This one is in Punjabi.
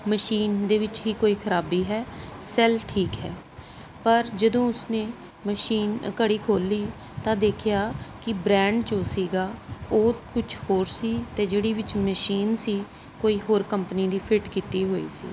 ਮਸ਼ੀਨ ਦੇ ਵਿੱਚ ਹੀ ਕੋਈ ਖਰਾਬੀ ਹੈ ਸੈਲ ਠੀਕ ਹੈ ਪਰ ਜਦੋਂ ਉਸਨੇ ਮਸ਼ੀਨ ਘੜੀ ਖੋਲ੍ਹੀ ਤਾਂ ਦੇਖਿਆ ਕਿ ਬ੍ਰੈਂਡ ਜੋ ਸੀਗਾ ਉਹ ਕੁਛ ਹੋਰ ਸੀ ਅਤੇ ਜਿਹੜੀ ਵਿੱਚ ਮਸ਼ੀਨ ਸੀ ਕੋਈ ਹੋਰ ਕੰਪਨੀ ਦੀ ਫਿਟ ਕੀਤੀ ਹੋਈ ਸੀ